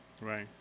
Right